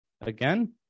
again